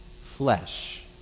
flesh